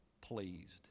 pleased